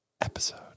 episode